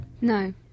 No